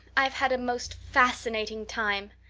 i've had a most fascinating time.